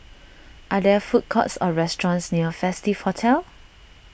are there food courts or restaurants near Festive Hotel